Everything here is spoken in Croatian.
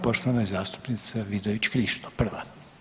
Poštovane zastupnice Vidović Krišto je prva.